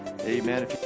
Amen